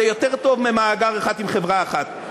זה יותר טוב ממאגר אחד עם חברה אחת.